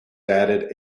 added